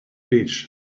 beach